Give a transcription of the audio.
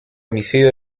homicidio